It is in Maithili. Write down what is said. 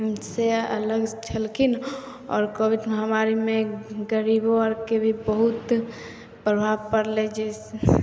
से अलग छलखिन आओर कोविड महामारीमे गरीबो आरके भी बहुत प्रभाब परलै जइसे